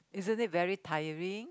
isn't it very tiring